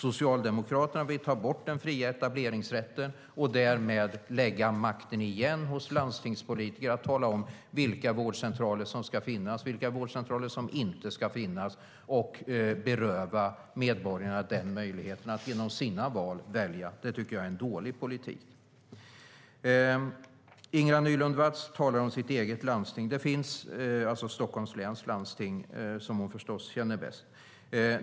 Socialdemokraterna vill ta bort den fria etableringsrätten och därmed lägga makten igen hos landstingspolitiker att tala om vilka vårdcentraler som ska finnas, vilka som inte ska finnas och beröva medborgarna möjligheten att genom sina val välja. Det tycker jag är en dålig politik. Ingela Nylund Watz talar om sitt eget landsting, Stockholms läns landsting, som hon förstås känner bäst.